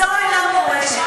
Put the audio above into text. זאת המורשת.